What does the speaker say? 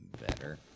better